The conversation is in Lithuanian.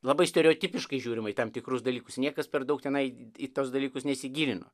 labai stereotipiškai žiūrima į tam tikrus dalykus niekas per daug tenai į tuos dalykus nesigilino